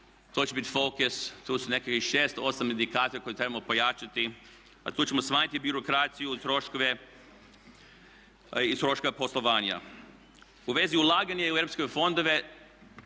to će biti fokus. Tu su nekakvih 6-8 indikatora koje trebamo pojačati, a tu ćemo smanjiti birokraciju i troškove poslovanja. U vezi ulaganja u EU fondove,